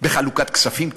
בחלוקת כספים קואליציוניים,